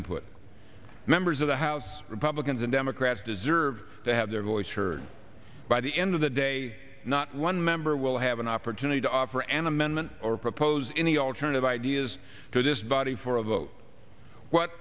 input members of the house republicans and democrats deserve to have their voice heard by the end of the day not one member will have an opportunity to offer an amendment or propose any alternative ideas to this body for